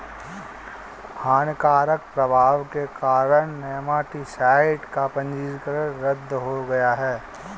हानिकारक प्रभाव के कारण नेमाटीसाइड का पंजीकरण रद्द हो गया